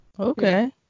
okay